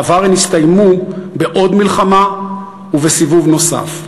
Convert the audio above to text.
בעבר הן הסתיימו בעוד מלחמה ובסיבוב נוסף.